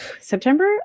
September